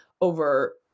over